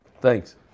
thanks